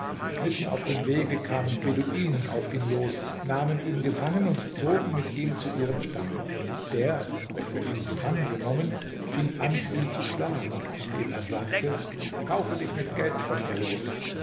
mitten auf dem wege kamen beduinen auf ihn los nahmen ihn gefangen und zogen mit ihm zu ihrem stamme der welcher ihn gefangen genommen fing an ihn zu schlagen indem er sagte kaufe dich mit geld von mir los